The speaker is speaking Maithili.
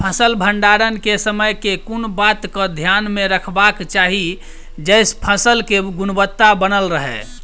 फसल भण्डारण केँ समय केँ कुन बात कऽ ध्यान मे रखबाक चाहि जयसँ फसल केँ गुणवता बनल रहै?